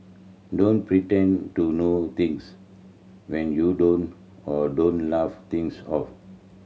don't pretend to know things when you don't or don't laugh things off